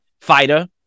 fighter